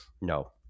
no